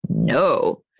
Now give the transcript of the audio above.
no